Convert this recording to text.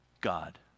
God